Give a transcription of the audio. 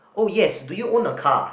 oh yes do you own a car